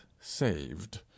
saved